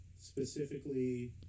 Specifically